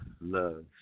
love